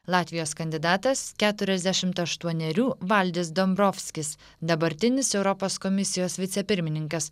latvijos kandidatas keturiasdešimt aštuonerių valdis dombrovskis dabartinis europos komisijos vicepirmininkas